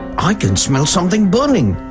i can smell something burning.